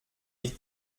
die